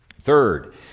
Third